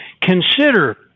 consider